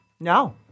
No